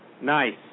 Nice